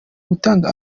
gutanga